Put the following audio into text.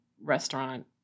restaurant